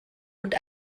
und